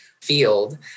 Field